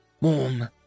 Warm